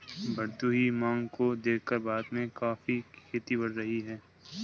बढ़ती हुई मांग को देखकर भारत में कॉफी की खेती बढ़ रही है